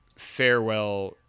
farewell